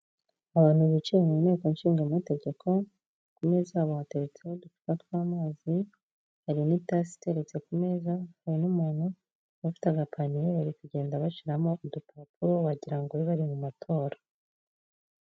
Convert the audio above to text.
Abantu bicaye mu nteko nshingamategeko, ku meza yabo hateretseho uducupa tw'amazi hari n'itasi iteretse ku meza, hari n'umuntu ufite agapaniye bari kugenda bashyiraramo udupapuro wagira ngo bari bari mu matora.